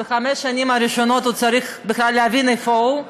בחמש שנים הראשונות הוא צריך בכלל להבין איפה הוא,